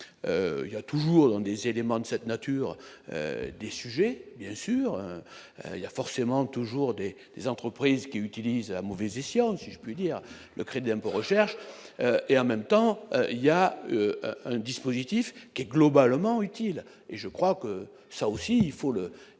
il y a toujours des éléments de cette nature des sujets bien sûr, il y a forcément toujours des. Les entreprises qui utilisent la mauvaise gestion, si je puis dire, le crédit impôt recherche et en même temps il y a un dispositif qui globalement utile et je crois que ça aussi il faut le